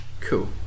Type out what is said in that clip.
Cool